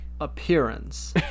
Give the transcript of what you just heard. appearance